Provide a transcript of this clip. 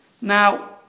Now